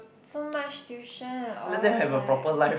so much tuition all like